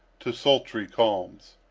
to sultry calms.